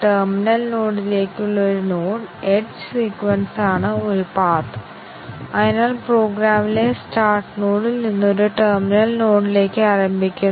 short circuit മൂല്യനിർണ്ണയം എന്താണെന്ന് പുതുക്കുന്നതിന് a 30 തെറ്റാണെന്ന് അറിഞ്ഞുകഴിഞ്ഞാൽ കംപൈലർ b50 വിലയിരുത്തേണ്ടതില്ല